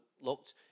looked